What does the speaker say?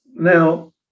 Now